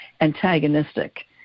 antagonistic